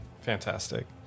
fantastic